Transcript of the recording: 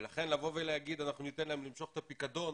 ולכן לבוא ולהגיד: אנחנו ניתן להם למשוך את הפיקדון